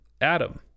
Adam